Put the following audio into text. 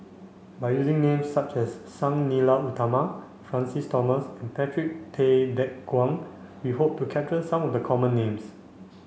by using names such as Sang Nila Utama Francis Thomas and Patrick Tay Teck Guan we hope to capture some of the common names